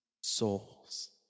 souls